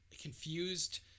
confused